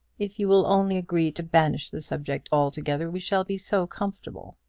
if you will only agree to banish the subject altogether, we shall be so comfortable.